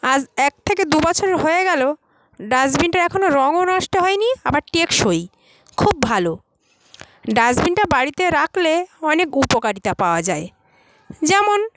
আজ এক থেকে দু বছর হয়ে গেল ডাস্টবিনটার এখনো রঙও নষ্ট হয় নি আবার টেকসই খুব ভালো ডাস্টবিনটা বাড়িতে রাখলে অনেক উপকারিতা পাওয়া যায় যেমন